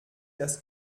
das